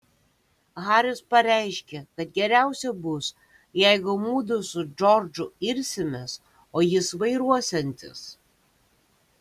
haris pareiškė kad geriausia bus jeigu mudu su džordžu irsimės o jis vairuosiantis